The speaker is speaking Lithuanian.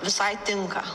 visai tinka